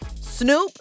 Snoop